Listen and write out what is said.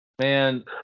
man